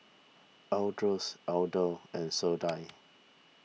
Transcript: Ardyce Elder and Sadie